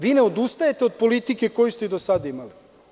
Vi ne odustajete od politike koju ste do sada imali.